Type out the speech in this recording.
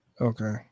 Okay